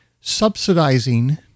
subsidizing